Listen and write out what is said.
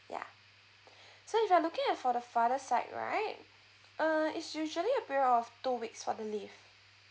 ya so if you are looking at for the father side right err it's usually a period of two weeks for the leave